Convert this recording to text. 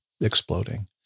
exploding